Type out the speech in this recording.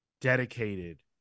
dedicated